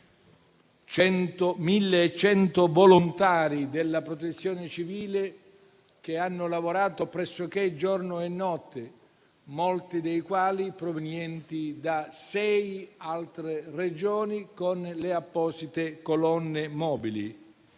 1.100 volontari della Protezione civile, che hanno lavorato pressoché giorno e notte, molti dei quali provenienti da sei altre Regioni con le apposite colonne mobili.